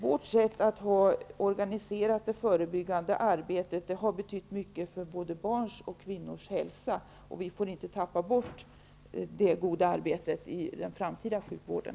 Vårt sätt att organisera det förebyggande arbetet har betytt mycket för både barns och kvinnors hälsa. Vi får inte tappa bort det goda arbetet i den framtida sjukvården.